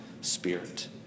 Spirit